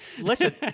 Listen